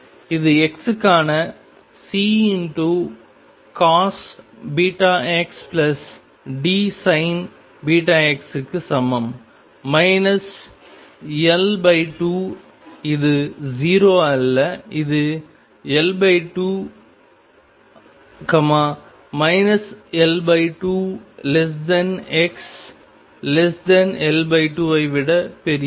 இது x க்கான Ccos βx Dsin βx க்கு சமம் L2 இது 0 அல்ல இது L2 L2xL2ஐ விட பெரியது